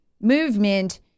movement